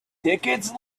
tickets